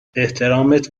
احترامت